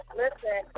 listen